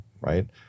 right